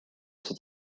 cette